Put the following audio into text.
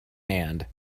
hand